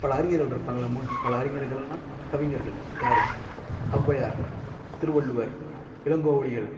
பல அறிஞர்கள் இருப்பாங்கள்ல பல அறிஞர்கள்னா கவிஞர்கள் யார் ஔவையார் திருவள்ளுவர் இளங்கோவடிகள்